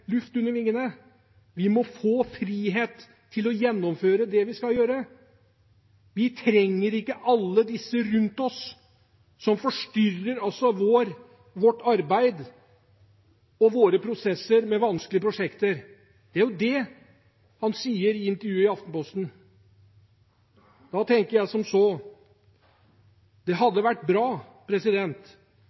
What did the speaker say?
må få frihet til å gjennomføre det de skal gjøre, og at de ikke trenger alle disse rundt seg som forstyrrer arbeidet og prosessene deres med vanskelige prosjekter – det er jo det han sier i intervjuet i Aftenposten. Da tenker jeg som så: Det hadde vært bra